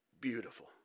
Beautiful